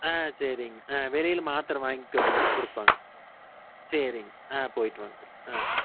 ஆ சரிங்க ஆ வெளியில் மாத்திர வாங்கிக்கங்க கொடுப்பாங்க சரிங்க ஆ போய்ட்டு வாங்க ஆ